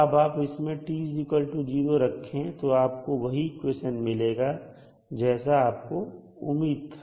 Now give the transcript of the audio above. अब आप इसमें t0 रखें तो आपको वही इक्वेशन मिलेगा जैसा आपको उम्मीद था